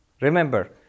remember